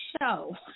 show